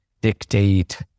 dictate